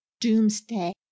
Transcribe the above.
doomsday